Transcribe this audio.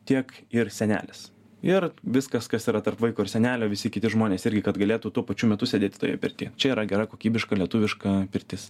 tiek ir senelis ir viskas kas yra tarp vaiko ir senelio visi kiti žmonės irgi kad galėtų tuo pačiu metu sėdėti toje pirtyje čia yra gera kokybiška lietuviška pirtis